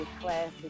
classic